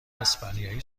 اسپانیایی